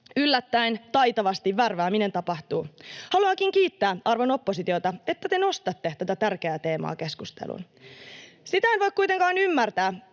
yllättäen, taitavasti värvääminen tapahtuu. Haluankin kiittää arvon oppositiota, että te nostatte tätä tärkeää teemaa keskusteluun. Sitä en voi kuitenkaan ymmärtää